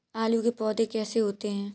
आलू के पौधे कैसे होते हैं?